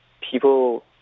people